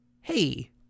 hey